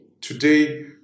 Today